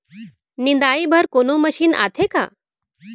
निंदाई बर कोनो मशीन आथे का?